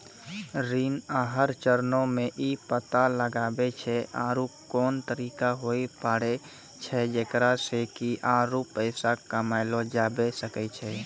ऋण आहार चरणो मे इ पता लगाबै छै आरु कोन तरिका होय पाड़ै छै जेकरा से कि आरु पैसा कमयलो जाबै सकै छै